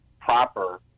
proper